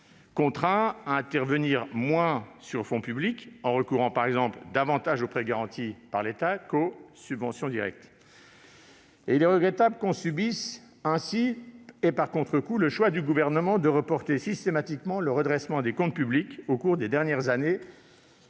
contraint à moins intervenir sur fonds publics, en recourant, par exemple, davantage aux prêts garantis par l'État qu'à des subventions directes. Il est regrettable de subir ainsi le choix du Gouvernement de reporter systématiquement le redressement des comptes publics au cours des dernières années,